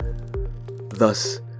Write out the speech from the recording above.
Thus